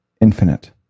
infinite